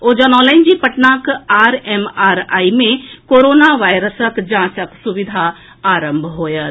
ओ जनौलनि जे पटनाक आरएमआरआई मे कोरोना वायरसक जांचक सुविधा आरंभ होएत